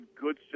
good